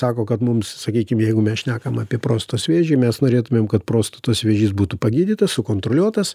sako kad mums sakykim jeigu mes šnekam apie prostatos vėžį mes norėtumėm kad prostatos vėžys būtų pagydytas sukontroliuotas